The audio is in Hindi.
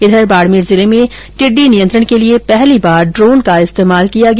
इधर बाड़मेर जिले में टिडडी नियंत्रण के लिए पहली बार ड्रोन का इस्तेमाल किया गया